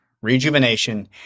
rejuvenation